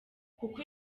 kuko